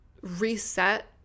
reset